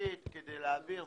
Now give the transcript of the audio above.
המשפטית כדי להעביר.